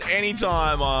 anytime